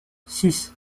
six